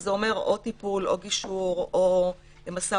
שזה אומר או טיפול או גישור או משא